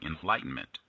enlightenment